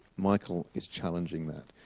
michael is challenging that.